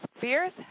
Fierce